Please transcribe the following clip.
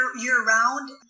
year-round